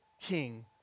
King